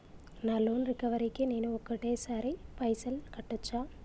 నా loan recovery కి నేను ఒకటేసరి పైసల్ కట్టొచ్చా?